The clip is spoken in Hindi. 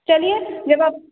चलिए जब आप